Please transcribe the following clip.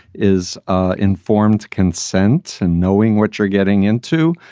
is ah informed consent and knowing what you're getting into,